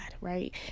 right